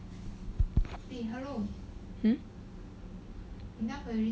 hmm